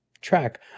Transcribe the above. track